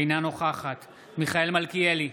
אינה נוכחת מיכאל מלכיאלי,